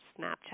Snapchat